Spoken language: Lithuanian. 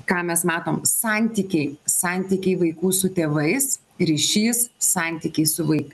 ką mes matom santykiai santykiai vaikų su tėvais ryšys santykiai su vaik